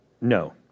No